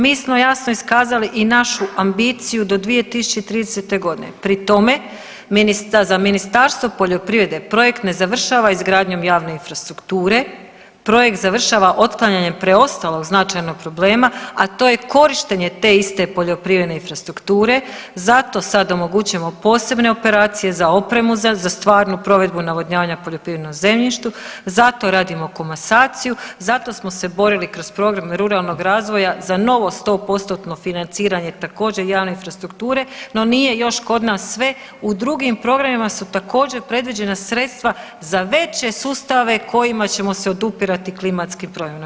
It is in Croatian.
Mi smo jasno iskazali i našu ambiciju do 2030.g., pri tome za Ministarstvo poljoprivrede projekt ne završava izgradnjom javne infrastrukture, projekt završava otklanjanjem preostalog značajnog problema, a to je korištenje te iste poljoprivredne infrastrukture, zato sad omogućujemo posebne operacije za opremu, za stvarnu provedbu navodnjavanja poljoprivrednog zemljišta, zato radimo komasaciju, zato smo se borili kroz program ruralnog razvoja za novo 100%-tno financiranje također javne infrastrukture, no nije još kod nas sve, u drugim programima su također predviđena sredstva za veće sustave kojima ćemo se odupirati klimatskim promjenama.